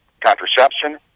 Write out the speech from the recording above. contraception